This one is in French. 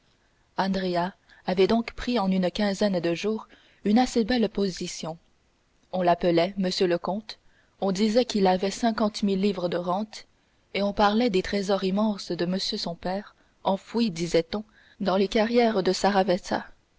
andrea avait donc pris en une quinzaine de jours une assez belle position on l'appelait monsieur le comte on disait qu'il avait cinquante mille livres de rente et on parlait des trésors immenses de monsieur son père enfouis disait-on dans les carrières de saravezza